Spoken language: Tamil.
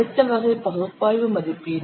அடுத்த வகை பகுப்பாய்வு மதிப்பீடு